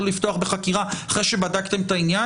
לפתוח בחקירה אחרי שבדקתם את העניין?